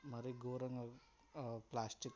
మరీ ఘోరంగా ప్లాస్టిక్